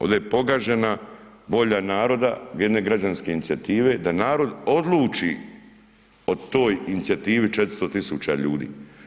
Ovdje je pogažena volja naroda jedne građanske inicijative da narod odluči o toj inicijativi 400 000 ljudi.